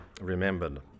remembered